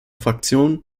fraktion